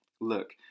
Look